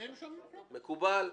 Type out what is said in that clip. מקובל?